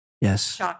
Yes